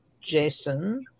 Jason